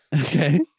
okay